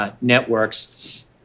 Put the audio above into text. networks